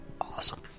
awesome